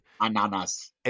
Ananas